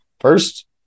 first